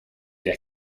der